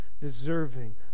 deserving